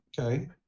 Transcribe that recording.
Okay